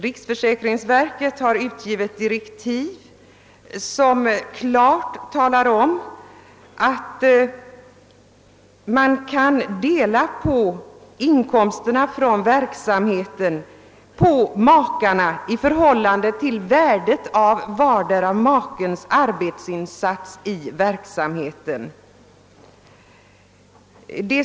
Riksförsäkringsverket har ju också gett direktiv, som klart talar om att man kan dela upp makarnas inkomster av rörelse i förhållande till värdet av vardera makens arbetsinsats i företaget.